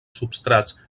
substrats